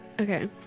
okay